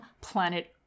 planet